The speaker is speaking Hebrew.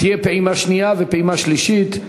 תהיה פעימה שנייה ופעימה שלישית,